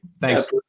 Thanks